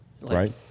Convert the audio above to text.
Right